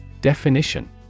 Definition